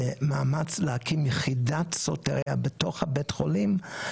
במאמץ להקים יחידת סוטריה בתוך בית החולים,